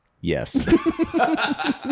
Yes